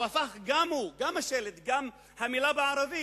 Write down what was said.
הוא הפך, גם הוא, גם השלט, גם המלה בערבית,